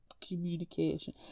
Communication